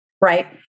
right